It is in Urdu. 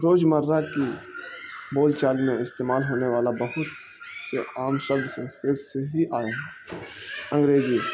روز مرہ کی بول چال میں استعمال ہونے والا بہت سے عام سبد سنسکرت سے ہی آئے ہے انگریجی